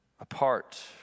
apart